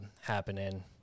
happening